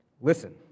Listen